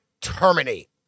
Terminate